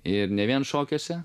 ir ne vien šokiuose